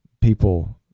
people